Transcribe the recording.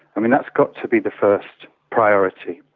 um and that's got to be the first priority,